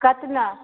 कतना